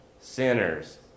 sinners